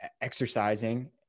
exercising